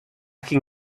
can